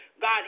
God